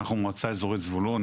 אנחנו מועצה אזורית זבולון,